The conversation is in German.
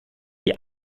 die